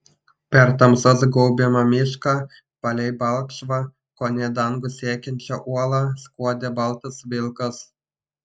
per tamsos gaubiamą mišką palei balkšvą kone dangų siekiančią uolą skuodė baltas vilkas